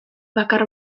bakar